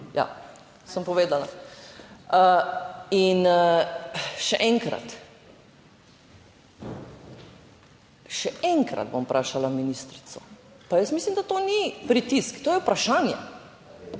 Ja, sem povedala. In še enkrat, še enkrat bom vprašala ministrico, pa jaz mislim, da to ni pritisk, to je vprašanje,